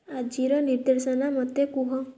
ଆଜିର ନିର୍ଦ୍ଦେଶନା ମୋତେ କୁହ